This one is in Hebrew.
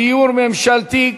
דיור ממשלתי,